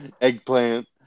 Eggplant